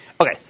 Okay